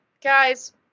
Guys